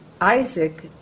Isaac